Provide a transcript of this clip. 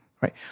right